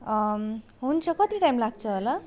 हुन्छ कति टाइम लाग्छ होला